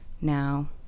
now